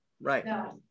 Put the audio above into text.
Right